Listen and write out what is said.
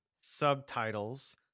subtitles